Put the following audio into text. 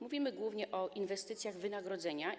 Mówimy głównie o inwestycjach w wynagrodzenia.